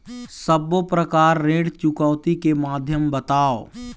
सब्बो प्रकार ऋण चुकौती के माध्यम बताव?